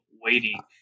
waiting